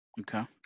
Okay